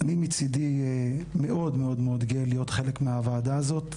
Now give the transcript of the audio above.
אני מצדי מאוד מאוד גאה להיות חלק מהוועדה הזאת.